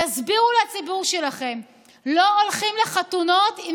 שתסבירו לציבור שלכם: לא הולכים לחתונות אם